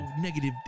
negative